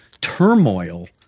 turmoil